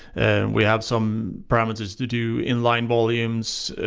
and we have some parameters to do inline volumes